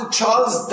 Charles